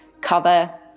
cover